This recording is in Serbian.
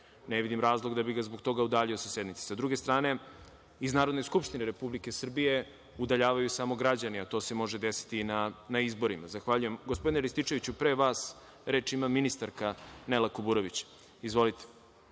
Ne vidim razlog da bih ga zbog toga udaljio sa sednice. Sa druge strane, iz Narodne skupštine Republike Srbije udaljavaju samo građani, a to se može desiti na izborima. Zahvaljujem. Gospodine Rističeviću, pre vas reč ima ministarka, Nela Kuburović. Izvolite.